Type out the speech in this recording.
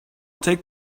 take